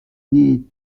n’est